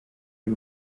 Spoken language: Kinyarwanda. y’u